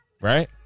Right